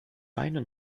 beine